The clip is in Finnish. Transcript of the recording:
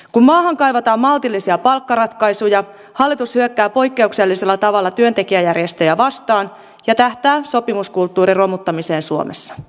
kun maahan kaivataan maltillisia palkkaratkaisuja hallitus hyökkää poikkeuksellisella tavalla työntekijäjärjestöjä vastaan ja tähtää sopimuskulttuurin romuttamiseen suomessa